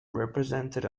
represented